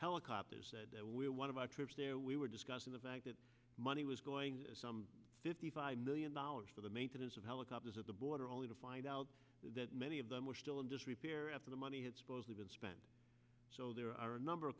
helicopters that we are one of our troops there we were discussing the fact that money was going to some fifty five million dollars for the maintenance of helicopters at the border only to find out that many of them were still in disrepair after the money had supposedly been spent so there are a number of